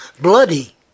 Bloody